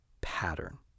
pattern